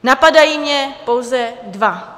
Napadají mě pouze dva.